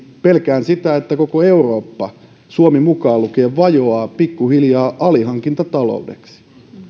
pelkään sitä että koko eurooppa suomi mukaan lukien vajoaa pikkuhiljaa alihankintataloudeksi